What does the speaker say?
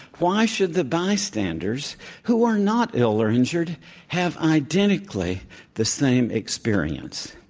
why should the bystanders who are not ill or injured have identically the same experience?